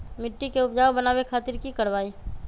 मिट्टी के उपजाऊ बनावे खातिर की करवाई?